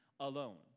alone